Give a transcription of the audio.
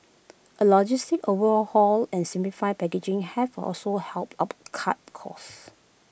A logistics over overhaul and simplified packaging have also helped up cut costs